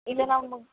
ಇಲ್ಲ ನಮ್ಮ